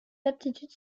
aptitudes